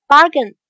Bargain